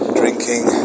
drinking